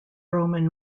roman